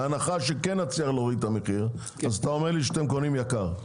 בהנחה שכן נצליח להוריד את המחיר אז אתה אומר לי שאתם קונים יקר.